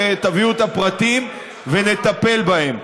ותביאו את הפרטים ונטפל בהן.